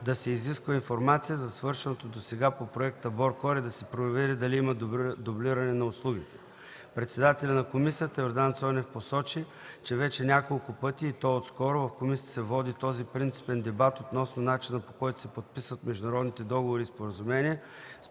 да се изиска информация за свършеното досега по проекта БОРКОР и да се провери дали има дублиране на услугите. Председателят на комисията Йордан Цонев посочи, че вече няколко пъти, и то отскоро, в комисията се води този принципен дебат относно начина, по който се подписват международните договори и споразумения